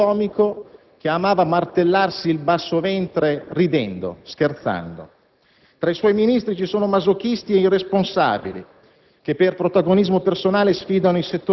quel famoso personaggio incarnato da un bravo comico che amava martellarsi il basso ventre ridendo e scherzando. Tra i suoi Ministri ci sono masochisti irresponsabili,